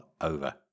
over